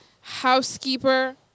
housekeeper